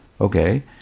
Okay